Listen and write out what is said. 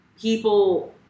people